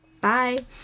Bye